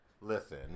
Listen